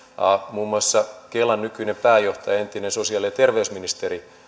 muun muassa kelan nykyinen pääjohtaja entinen sosiaali ja terveysministeri